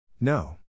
No